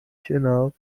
جناب